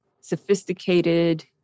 sophisticated